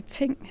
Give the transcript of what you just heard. ting